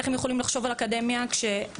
איך הם יכולים לחשוב על אקדמיה כשהם